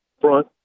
front